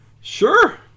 Sure